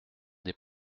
des